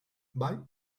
bai